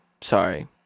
Sorry